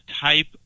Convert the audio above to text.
type